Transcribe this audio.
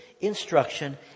instruction